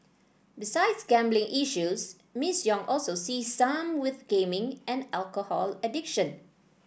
besides gambling issues Miss Yong also sees some with gaming and alcohol addiction